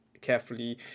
carefully